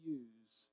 use